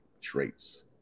traits